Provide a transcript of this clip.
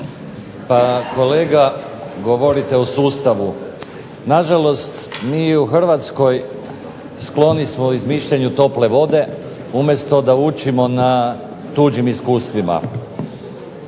Pa kolega govorite o sustavu. Na žalost mi u Hrvatskoj skloni smo izmišljanju tople vode, umjesto da učimo na tuđim iskustvima.